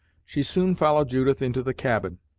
she soon followed judith into the cabin,